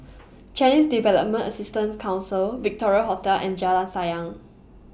Chinese Development Assistance Council Victoria Hotel and Jalan Sayang